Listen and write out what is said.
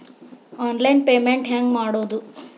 Online payment ಹೆಂಗ್ ಮಾಡೋದು?